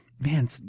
Man